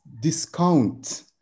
discount